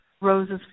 Rose's